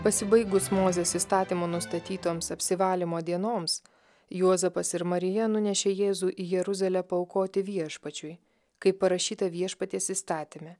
pasibaigus mozės įstatymo nustatytoms apsivalymo dienoms juozapas ir marija nunešė jėzų į jeruzalę paaukoti viešpačiui kaip parašyta viešpaties įstatyme